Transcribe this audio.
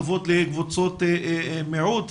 כבוד לקבוצות מיעוט.